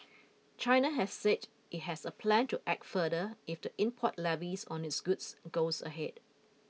China has said it has a plan to act further if the import levies on its goods goes ahead